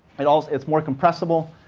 and it's it's more compressible.